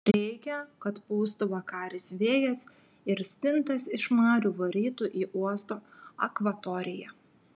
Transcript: reikia kad pūstų vakaris vėjas ir stintas iš marių varytų į uosto akvatoriją